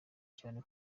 cyane